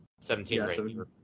seventeen